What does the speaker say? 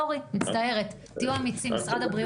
תהיו אמיצים, משרד הבריאות.